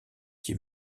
qui